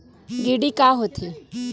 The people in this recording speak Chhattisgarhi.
डी.डी का होथे?